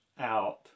out